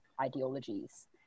ideologies